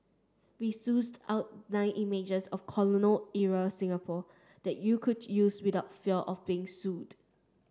we sussed out nine images of colonial era Singapore that you could use without fear of being sued